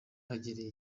hegereye